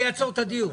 אני אעצור את הדיון.